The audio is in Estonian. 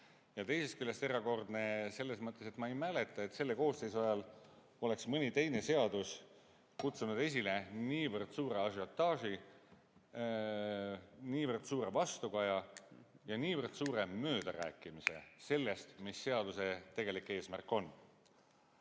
Ja teisest küljest erakordne selles mõttes, et ma ei mäleta, et selle koosseisu ajal oleks mõni teine seadus kutsunud esile niivõrd suure ažiotaaži, niivõrd suure vastukaja ja niivõrd suure möödarääkimise sellest, mis seaduse tegelik eesmärk on.